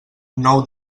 nou